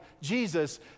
Jesus